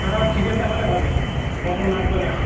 না না চিকেনটা হলে হবে মটন লাগবে না